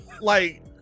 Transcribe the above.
like-